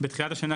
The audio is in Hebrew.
בתחילת השנה,